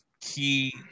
key